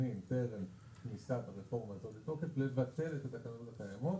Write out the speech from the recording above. מתכוונים טרם כניסת הרפורמה הזאת לתוקף לבטל את התקנות הקיימות